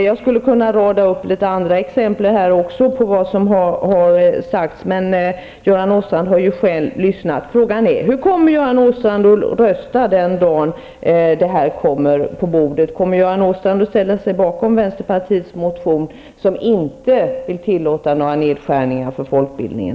Jag skulle kunna rada upp en del andra exempel på vad som har sagts här, men Göran Åstrand har ju själv lyssnat. Hur kommer Göran Åstrand att rösta den dagen det här kommer på bordet? Kommer Göran Åstrand att ställa sig bakom vänsterpartiets motion som inte vill tillåta några nedskärningar för folkbildningen?